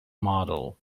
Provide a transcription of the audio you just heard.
model